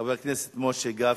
חבר הכנסת משה גפני,